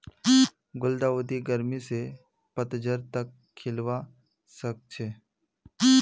गुलदाउदी गर्मी स पतझड़ तक खिलवा सखछे